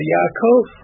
Yaakov